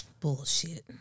Bullshit